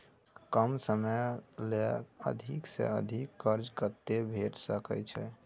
कम समय ले अधिक से अधिक कत्ते कर्जा भेट सकै छै?